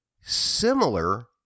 similar